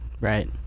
Right